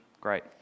great